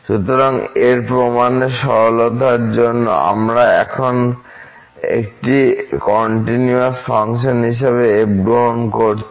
সুতরাং এর প্রমাণের সরলতার জন্য আমরা এখন একটি কন্টিনিউয়াস ফাংশন হিসাবে f গ্রহণ করেছি